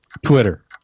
Twitter